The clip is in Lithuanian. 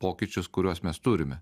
pokyčius kuriuos mes turime